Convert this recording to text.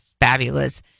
fabulous